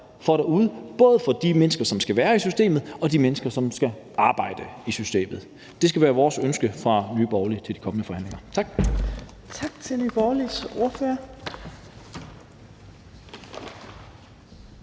det derude er, både for de mennesker, som skal være i systemet, og de mennesker, som skal arbejde i systemet. Det skal være vores ønske fra Nye Borgerliges side til de kommende forhandlinger. Tak.